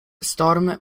storm